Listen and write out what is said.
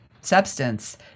substance